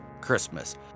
Christmas